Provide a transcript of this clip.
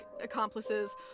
accomplices